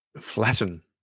Flatten